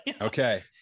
Okay